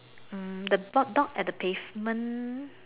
hmm the dog dog at the pavement